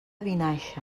vinaixa